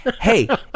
hey